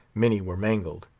many were mangled